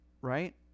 right